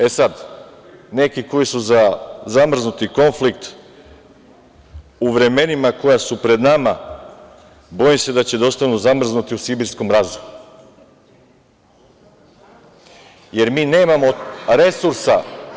E sad, neki koji su za zamrznuti konflikt u vremenima koja su pred nama, bojim se da će da ostanu zamrznuti u sibirskom mrazu, jer mi nemamo resurse.